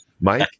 Mike